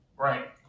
Right